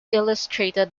illustrated